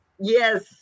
Yes